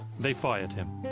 they fired him.